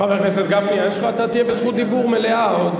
חבר הכנסת גפני, אתה תהיה ברשות דיבור מלאה עוד